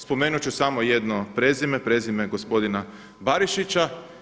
Spomenut ću samo jedno prezime, prezime gospodina Barišića.